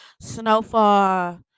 snowfall